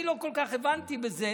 אני לא כל כך הבנתי בזה,